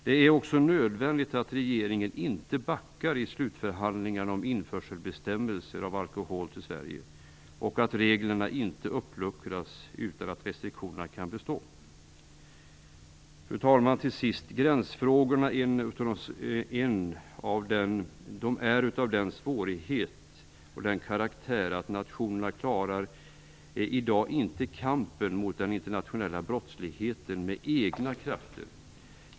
Det är också nödvändigt att regeringen inte backar i slutförhandlingarna om bestämmelserna kring införsel av alkohol till Sverige och att reglerna inte uppluckras utan restriktionerna kan bestå. Fru talman! Gränsfrågorna är så svåra och har sådan karaktär att nationerna i dag inte med egna krafter klarar av kampen mot den internationella brottsligheten.